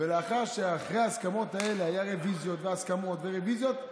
ולאחר שאחרי ההסכמות האלה היו רוויזיות והסכמות ורוויזיות,